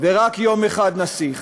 ורק יום אחד נסיך,